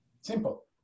Simple